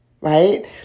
right